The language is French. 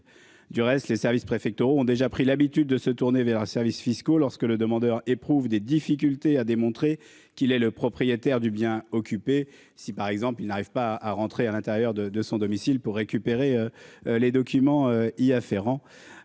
du reste les services préfectoraux ont déjà pris l'habitude de se tourner vers les services fiscaux lorsque le demandeur éprouvent des difficultés à démontrer qu'il est le propriétaire du bien occupé si par exemple il n'arrive pas à rentrer à l'intérieur de de son domicile pour récupérer. Les documents y afférents.